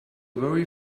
very